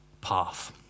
path